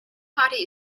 party